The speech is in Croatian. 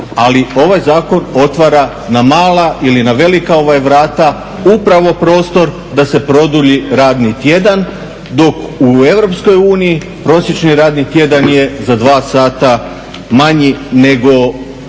Ali ovaj zakon otvara na mala ili na velika vrata upravo prostor da se produlji radni tjedan dok u EU prosječni radni tjedan je za dva sata manji nego u